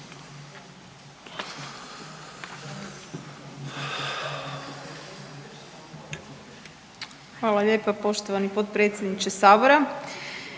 Hvala lijepa poštovani potpredsjedniče sabora.